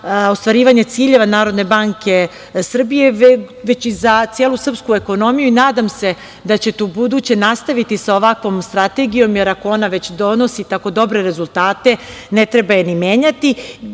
ostvarivanje ciljeva Narodne banke Srbije, već i za celu srpsku ekonomiju. Nadam se da ćete ubuduće nastaviti sa ovakvom strategijom, jer ako ona već donosi tako dobre rezultate ne treba je ni menjati.